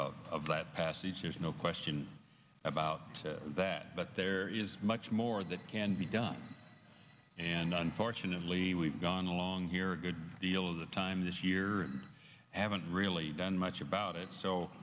of that passage there's no question about that but there is much more that can be done and unfortunately we've gone along here a good deal of the time this year and haven't really done much about it so